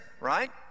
right